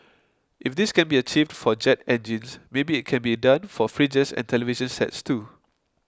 if this can be achieved for jet engines maybe it can be done for fridges and television sets too